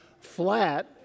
flat